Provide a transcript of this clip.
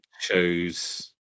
chose